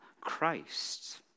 Christ